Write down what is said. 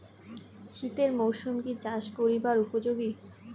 শীতের মরসুম কি চাষ করিবার উপযোগী?